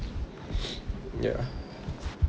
ya